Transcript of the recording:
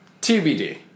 TBD